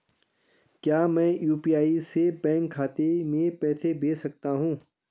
क्या मैं यु.पी.आई से बैंक खाते में पैसे भेज सकता हूँ?